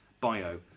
bio